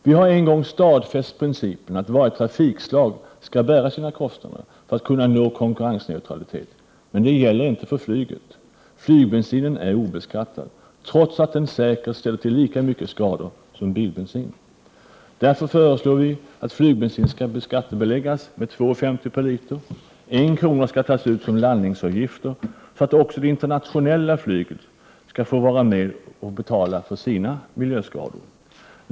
Man har en gång stadfäst principen att varje trafikslag skall bära sina kostnader för att kunna nå konkurrensneutralitet. Detta gäller dock inte för flyget. Flygbensinen är obeskattad, trots att den säkert ställer till lika mycket skador som bilbensin. Därför föreslår miljöpartiet de gröna att flygbensin skall skattebeläggas med 2:50 kr. per liter. 1 kr. skall tas ut som landningsavgifter, så att också det internationella flyget skall få vara med och betala för sina miljöskador.